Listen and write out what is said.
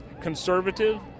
conservative